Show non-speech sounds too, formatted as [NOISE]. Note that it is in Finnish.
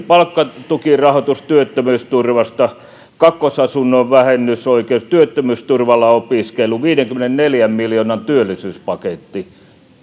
[UNINTELLIGIBLE] palkkatukirahoituksen työttömyysturvasta toimme kakkosasunnon vähennysoikeuden työttömyysturvalla opiskelun viidenkymmenenneljän miljoonan työllisyyspaketin